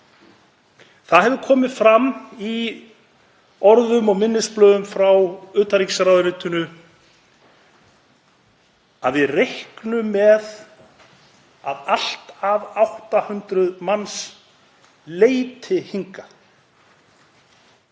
Það hefur komið fram í orðum og minnisblöðum frá utanríkisráðuneytinu að við reiknum með að allt að 800 manns leiti hingað,